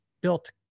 built